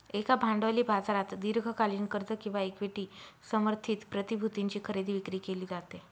एका भांडवली बाजारात दीर्घकालीन कर्ज किंवा इक्विटी समर्थित प्रतिभूतींची खरेदी विक्री केली जाते